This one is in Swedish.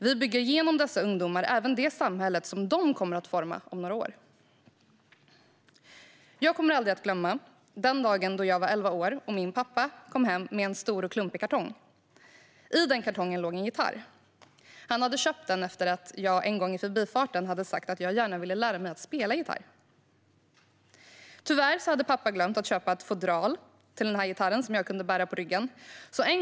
Vi bygger genom dessa ungdomar även det samhälle som de kommer att forma om några år. Jag kommer aldrig att glömma den dagen då jag var elva år och min pappa kom hem med en stor och klumpig kartong. I denna kartong låg en gitarr. Han hade köpt den efter att jag en gång i förbifarten hade sagt att jag gärna ville lära mig att spela gitarr. Tyvärr hade pappa glömt att köpa ett fodral till gitarren så att jag kunde bära gitarren på ryggen.